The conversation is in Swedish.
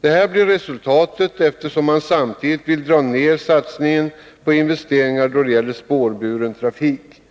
Detta blir resultatet, eftersom man samtidigt vill dra ner satsningen på investeringar då det gäller spårbunden trafik.